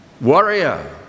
Warrior